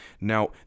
Now